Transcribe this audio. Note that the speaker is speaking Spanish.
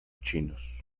chinos